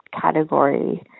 category